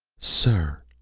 sir,